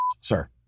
sir